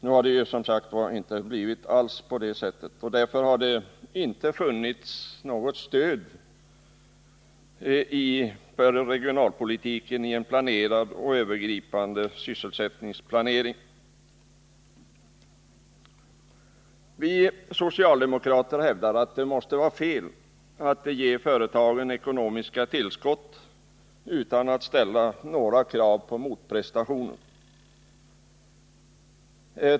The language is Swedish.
Nu har det, som sagt, inte alls blivit på det sättet. Därför har det inte funnits något stöd för regionalpolitiken i en övergripande sysselsättningsplanering. Vi socialdemokrater hävdar att det måste vara fel att ge företagen ekonomiska tillskott utan att ställa några krav på motprestationer.